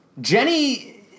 Jenny